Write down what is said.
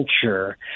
culture